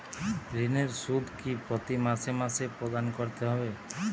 ঋণের সুদ কি প্রতি মাসে মাসে প্রদান করতে হবে?